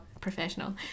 professional